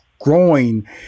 growing